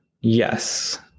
Yes